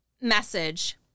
message